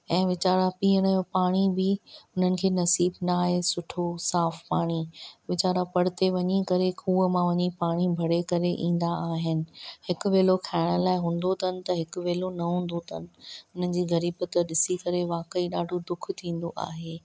ऐं विचारा पीअण जो पाणी बि हुननि खे नसीब न आहे सुठो साफ़ पाणी वीचारा परिते वञी करे खुंहं मां वञी पाणी भरे करे ईंदा आहिनि हिकु वेलो खाइण लाइ हूंदो अथनि त हिकु वेलो न हूंदो तनि हुननि जी ग़रीबिअत ॾिसी करे वाक़ई ॾाढो दुख थींदो आहे